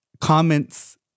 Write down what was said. comments